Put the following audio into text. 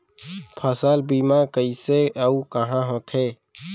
फसल बीमा कइसे अऊ कहाँ होथे?